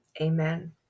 Amen